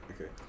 okay